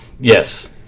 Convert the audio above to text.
yes